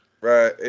Right